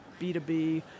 B2B